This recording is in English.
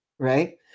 right